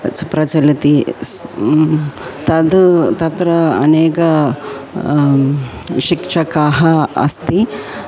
अच् प्रचलति तद् तत्र अनेका शिक्षकाः अस्ति